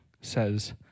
says